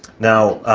now,